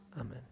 Amen